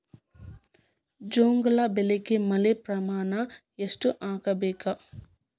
ಗೋಂಜಾಳ ಬೆಳಿಗೆ ಮಳೆ ಪ್ರಮಾಣ ಎಷ್ಟ್ ಆಗ್ಬೇಕ?